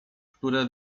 które